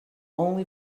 only